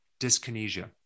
dyskinesia